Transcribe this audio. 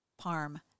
parm